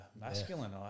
masculine